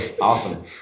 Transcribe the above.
Awesome